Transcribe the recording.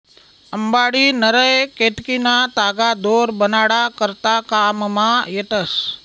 अंबाडी, नारय, केतकीना तागा दोर बनाडा करता काममा येतस